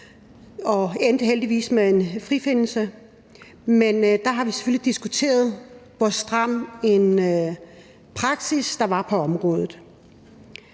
og endte heldigvis med en frifindelse – diskuteret, hvor stram en praksis der var på området.